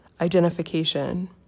identification